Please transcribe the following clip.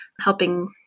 helping